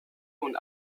und